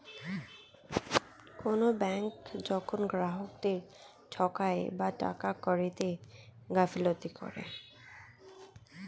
কোনো ব্যাঙ্ক যখন গ্রাহকদেরকে ঠকায় বা টাকা কড়িতে গাফিলতি করে